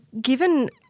given